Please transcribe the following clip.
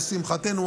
ולשמחתנו,